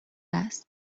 است